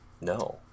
No